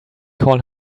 call